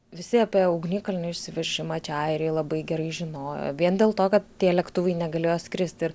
visi apie ugnikalnio išsiveržimą čia airiai labai gerai žinojo vien dėl to kad tie lėktuvai negalėjo skristi